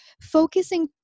focusing